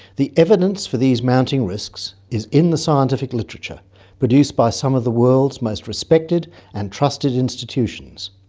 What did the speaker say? the evidence for these mounting risks is in the scientific literature produced by some of the world's most respected and trusted institutions.